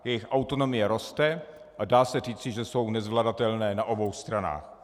Jejich autonomie roste a dá se říci, že jsou nezvladatelné na obou stranách.